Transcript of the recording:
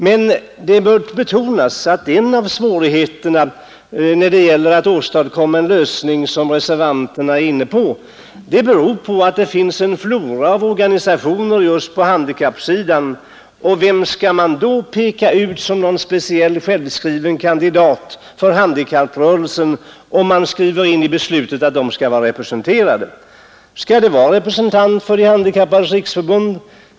Men det bör betonas att en av svårigheterna när det gäller att åstadkomma en lösning som reservanterna är inne på är att det finns en flora av organisationer på han”ikappområdet. Vem skall då kunna utpekas som någon speciellt självskriv sn kandidat för handikapprörelsen, om det skrivs in i beslutet att den skall vara representerad. Skall det vara en representant för De handikappades riksförbund?